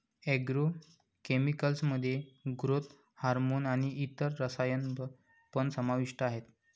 agro chemicals मध्ये growth hormone आणि इतर रसायन पण समाविष्ट आहेत